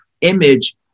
image